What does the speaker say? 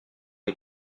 les